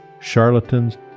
charlatans